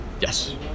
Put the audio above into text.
Yes